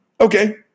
okay